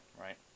right